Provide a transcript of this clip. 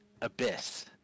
abyss